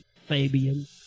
Fabian